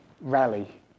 Rally